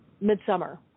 midsummer